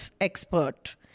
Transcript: expert